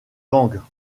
gangs